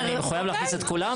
מה, אני מחויב להכניס את כולם?